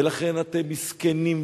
ולכן אתם מסכנים,